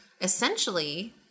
essentially